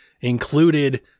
included